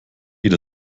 geht